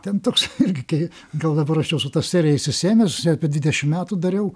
ten toks irgi kei gal dabar aš jau su ta serija išsisėmęs apie dvidešim metų dariau